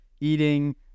eating